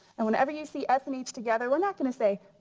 and whenever you see s and h together we're not gonna say